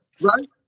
right